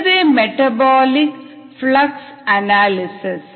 இதுவே metabolic flux analysis